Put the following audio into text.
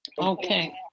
Okay